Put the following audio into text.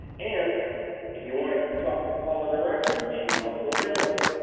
and if you want to talk to paula directly, she's also available.